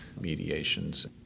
mediations